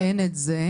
אין את זה.